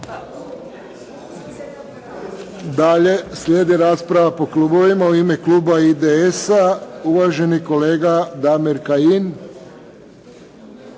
Dalje slijedi rasprava po klubovima. U ime kluba IDS-a, uvaženi kolega Damir Kajin.